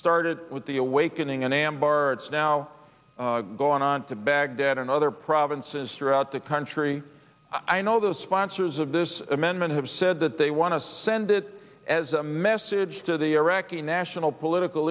started with the awakening in ambar it's now gone on to baghdad and other provinces throughout the country i know the sponsors of this amendment have said that they want to send it as a message to the iraqi national political